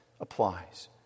applies